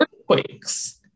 earthquakes